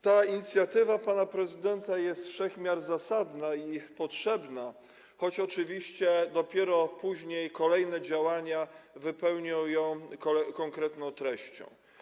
Ta inicjatywa pana prezydenta jest ze wszech miar zasadna i potrzebna, choć oczywiście dopiero kolejne działania wypełnią ją konkretną treścią.